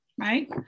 right